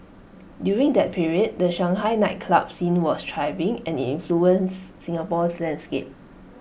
during that period the Shanghai nightclub scene was thriving and IT influenced Singapore's landscape